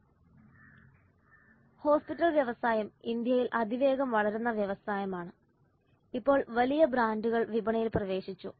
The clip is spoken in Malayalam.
Refer Slide time 0531 ഹോസ്പിറ്റൽ വ്യവസായം ഇന്ത്യയിൽ അതിവേഗം വളരുന്ന വ്യവസായമാണ് ഇപ്പോൾ വലിയ ബ്രാൻഡുകൾ വിപണിയിൽ പ്രവേശിച്ചു